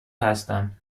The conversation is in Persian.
هستم